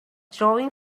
drawing